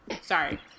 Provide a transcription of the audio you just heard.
Sorry